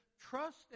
Trust